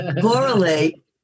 correlate